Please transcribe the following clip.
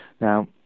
Now